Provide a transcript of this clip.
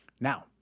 Now